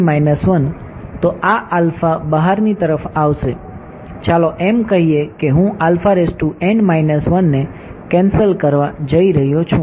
તેથી તો આ આલ્ફા બહારની તરફ આવશે ચાલો એમ કહીએ કે હું ને કેન્સલ કરી રહ્યો છુ